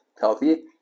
healthy